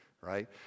right